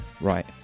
right